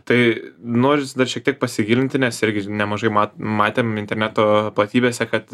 tai noris dar šiek tiek pasigilinti nes irgi nemažai mat matėm interneto platybėse kad